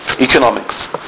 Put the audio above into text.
economics